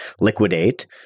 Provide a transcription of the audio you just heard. liquidate